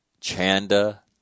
Chanda